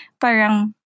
parang